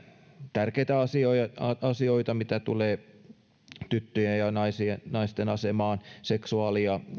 tärkeitä asioita mitä tulee tyttöjen ja naisten naisten asemaan seksuaali ja